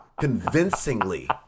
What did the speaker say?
convincingly